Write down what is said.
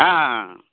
ହଁ ହଁ ହଁ